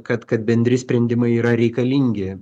kad kad bendri sprendimai yra reikalingi